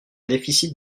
déficit